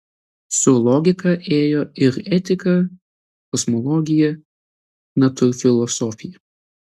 su logika ėjo ir etika kosmologija natūrfilosofija